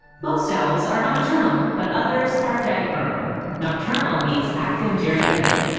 most owls are nocturnal, but others are diurnal. nocturnal means active during the night.